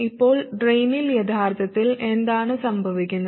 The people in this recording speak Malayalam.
ഇപ്പോൾ ഡ്രെയിനിൽ യഥാർത്ഥത്തിൽ എന്താണ് സംഭവിക്കുന്നത്